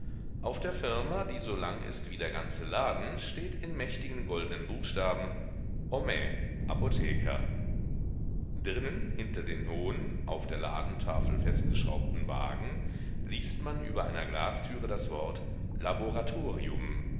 auf der firma die so lang ist wie der ganze laden steht in mächtigen goldnen buchstaben homais apotheker drinnen hinter den hohen auf der ladentafel festgeschraubten wagen liest man über einer glastüre das wort laboratorium